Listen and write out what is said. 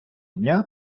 дня